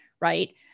Right